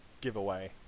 giveaway